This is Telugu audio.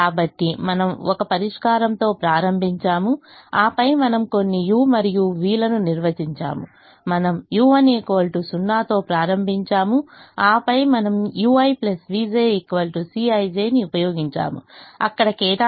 కాబట్టి మనం ఒక పరిష్కారంతో ప్రారంభించాము ఆపై మనము కొన్ని u మరియు v లను నిర్వచించాము మనము u1 0 తో ప్రారంభించాము ఆపై మనము ui vj Cij ని ఉపయోగించాము అక్కడ కేటాయింపు ఉంది